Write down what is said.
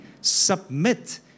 submit